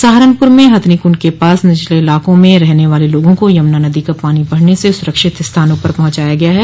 सहारनपुर में हथिनी कुंड के पास निचले इलाकों में रहने वाले लोगों को यमुना नदी का पानी बढ़ने से सुरक्षित स्थानों पर पहुंचाया गया है